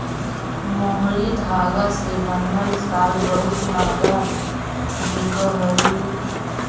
मोहरी धागा से बनल शॉल बहुत मँहगा बिकऽ हई